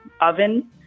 oven